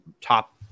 top